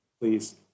please